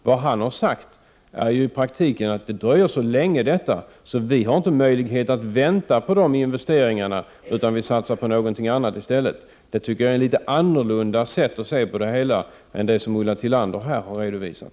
Vad han har sagt är i praktiken att den dröjer så länge att SJ inte har möjlighet att vänta på de investeringarna utan måste satsa på någonting i stället. Det tycker jag är ett annat sätt att se på det hela än det som Ulla Tillander här har redovisat.